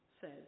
says